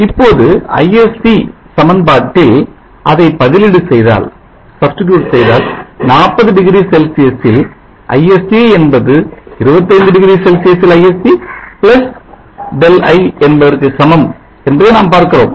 இப்பொழுது ISC சமன்பாட்டில் அதை பதிலீடு செய்தால் 40 டிகிரி செல்சியஸில் ISC என்பது 25 டிகிரி செல்சியஸில் ISC Δi என்பதற்கு சமம் என்பதை நாம் பார்க்கிறோம்